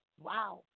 wow